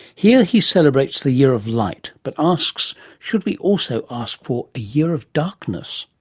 here he celebrates the year of light but asks, should we also ask for a year of darkness?